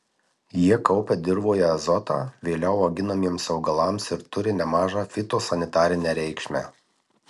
jie kaupia dirvoje azotą vėliau auginamiems augalams ir turi nemažą fitosanitarinę reikšmę